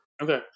Okay